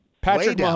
Patrick